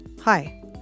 Hi